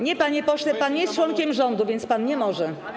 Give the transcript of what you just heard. Nie, panie pośle, pan nie jest członkiem rządu, więc pan nie może.